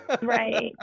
right